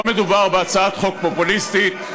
לא מדובר בהצעת חוק פופוליסטית,